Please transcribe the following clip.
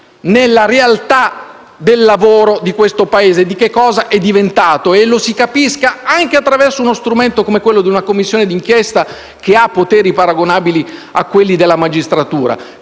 nella realtà del lavoro di questo Paese e di che cosa è diventato. Abbiamo bisogno che lo si capisca anche attraverso uno strumento come quello di una Commissione d'inchiesta che ha poteri paragonabili a quelli della magistratura,